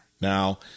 Now